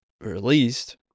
released